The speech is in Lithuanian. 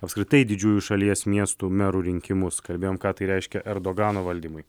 apskritai didžiųjų šalies miestų merų rinkimus kalbėjom ką tai reiškia erdogano valdymui